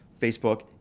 Facebook